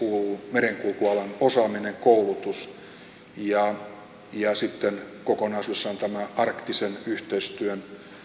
merenkulkualan osaaminen koulutus ja ja sitten kokonaisuudessaan arktisen yhteistyön